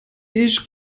ich